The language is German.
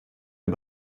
der